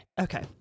Okay